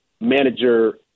manager